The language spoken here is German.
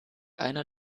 einer